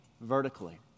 vertically